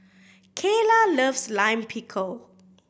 Cayla loves Lime Pickle